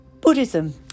Buddhism